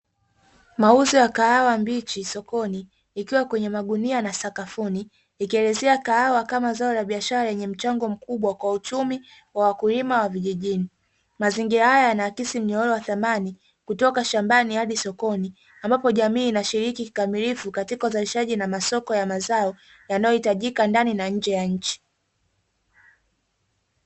Mauzo ya kahawa mbichi sokoni ikiwa kwenye magunia na sakafuni, ikielezea kahawa kama zao la biashara lenye mchango mkubwa kwa uchumi kwa wakulima wa vijijini. Mazingira haya yanaakisi mnyororo wa samani kutoka shambani hadi sokoni, ambapo jamii inashiriki kikamilifu katika uzalishaji na masoko ya mazao yanayohitajika ndani na nje ya nchi.